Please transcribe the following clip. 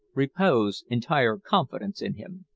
repose entire confidence in him.